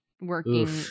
working